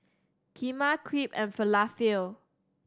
Kheema Crepe and Falafel